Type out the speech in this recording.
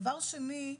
דבר שני,